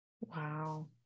Wow